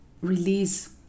release